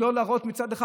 של לא להראות מצד אחד,